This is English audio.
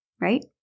Right